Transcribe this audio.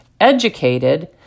educated—